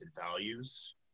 values